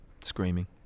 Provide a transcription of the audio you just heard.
Screaming